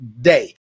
day